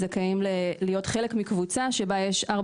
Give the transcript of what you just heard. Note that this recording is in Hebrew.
שזכאים להיות חלק מקבוצה שבה יש 4